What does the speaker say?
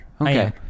okay